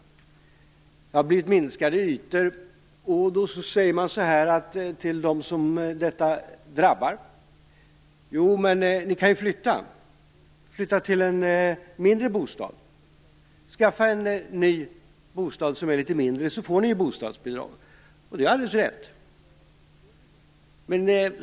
Gränserna för bostadsytorna har minskat. Man säger då till dem som detta drabbar: Men ni kan ju flytta till en mindre bostad. Skaffa en ny bostad som är litet mindre, så får ni bidragsbidrag. Det är alldeles riktigt.